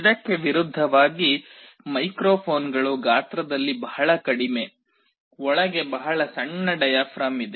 ಇದಕ್ಕೆ ವಿರುದ್ಧವಾಗಿ ಮೈಕ್ರೊಫೋನ್ಗಳು ಗಾತ್ರದಲ್ಲಿ ಬಹಳ ಕಡಿಮೆ ಒಳಗೆ ಬಹಳ ಸಣ್ಣ ಡಯಾಫ್ರಾಮ್ ಇದೆ